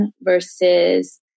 versus